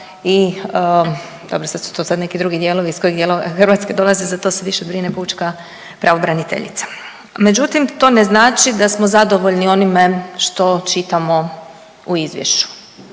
i dobro sad su to neki drugi dijelovi iz kojeg dijela Hrvatske dolaze, za to se više brine pučka pravoraniteljica. Međutim, to ne znači da smo zadovoljni onime što čitamo u izvješću.